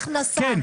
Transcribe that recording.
כן.